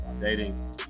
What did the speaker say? dating